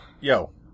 Yo